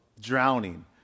Drowning